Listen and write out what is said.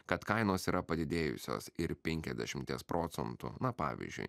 kad kainos yra padidėjusios ir penkiadešimties procentų na pavyzdžiui